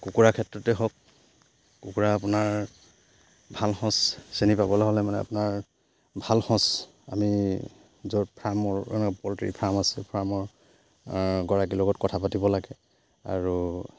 কুকুৰাৰ ক্ষেত্ৰতে হওক কুকুৰা আপোনাৰ ভাল সঁচ চিনি পাবলে হ'লে মানে আপোনাৰ ভাল সঁচ আমি য'ত ফাৰ্মৰ পল্ট্ৰি ফাৰ্ম আছে ফাৰ্মৰ গৰাকীৰ লগত কথা পাতিব লাগে আৰু